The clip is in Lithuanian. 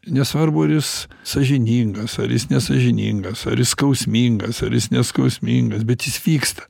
nesvarbu ar jis sąžiningas ar jis nesąžiningas ar jis skausmingas ar jis neskausmingas bet jis vyksta